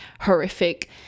horrific